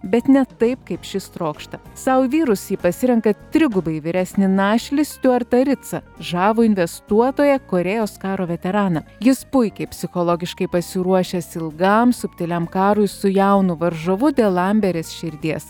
bet ne taip kaip šis trokšta sau jį vyrus ji pasirenka trigubai vyresnį našlį stiuartą ritsą žavų investuotoją korėjos karo veteraną jis puikiai psichologiškai pasiruošęs ilgam subtiliam karui su jaunu varžovu dėl amberės širdies